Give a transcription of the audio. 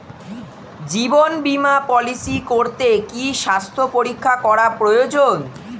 জীবন বীমা পলিসি করতে কি স্বাস্থ্য পরীক্ষা করা প্রয়োজন?